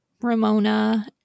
Ramona